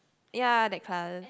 ya that class